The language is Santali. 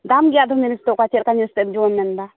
ᱫᱟᱢ ᱜᱮᱭᱟ ᱟᱫᱚᱢ ᱡᱤᱱᱤᱥ ᱫᱚ ᱚᱠᱟ ᱪᱮᱫ ᱞᱮᱠᱟᱱ ᱡᱤᱱᱥ ᱮᱱᱛᱮᱫ ᱡᱚᱢᱮᱢ ᱢᱮᱱᱫᱟ